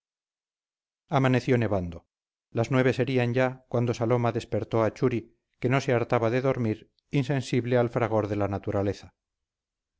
amaneció nevando las nueve serían ya cuando saloma despertó a churi que no se hartaba de dormir insensible al fragor de la naturaleza